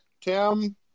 Tim